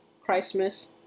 Christmas